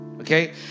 okay